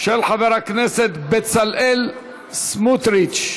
של חבר הכנסת בצלאל סמוטריץ.